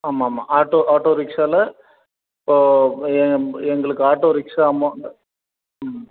ஆமாம்மா auto auto ரிக்ஷாவில இப்போது எங்களுக்கு ஆட்டோ ரிக்ஷா அமௌண்ட்டு ம்